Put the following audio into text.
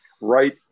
right